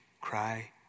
cry